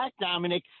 Dominic